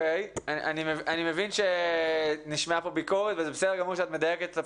אני מבין שנשמעה כאן ביקורת וזה בסדר גמור שאת מדייקת כאן את הפרטים.